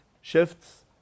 shifts